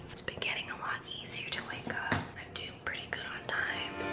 been getting a lot easier to wake up i'm doing pretty good on time